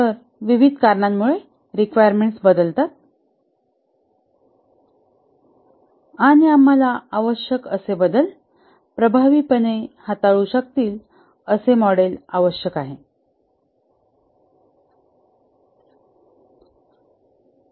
तर विविध कारणांमुळे रिक्वायरमेंट्स बदलतात आणि आम्हाला आवश्यक असे बदल प्रभावीपणे हाताळू शकतील असे मॉडेल आवश्यक आहे